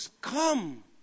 Come